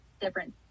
different